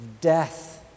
death